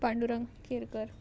Pandurang Kerkar